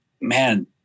man